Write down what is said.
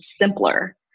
simpler